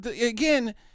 again